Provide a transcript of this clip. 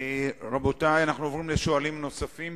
רבותי, אנחנו עוברים לשואלים נוספים.